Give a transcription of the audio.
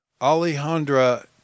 Alejandra